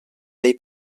dei